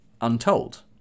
untold